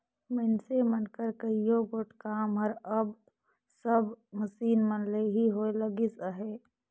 मइनसे मन कर कइयो गोट काम हर अब सब मसीन मन ले ही होए लगिस अहे